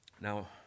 Now